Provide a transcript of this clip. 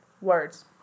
words